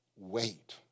wait